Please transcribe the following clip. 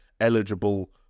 eligible